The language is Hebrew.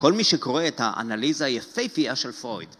כל מי שקורא את האנליזה היפיפיה של פרויד